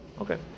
Okay